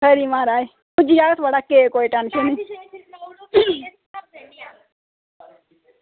खरी म्हाराज पुज्जी जाह्ग थुआढ़ा केक कोई टेंशन निं